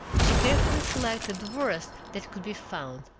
she carefully selected the worst that could be found,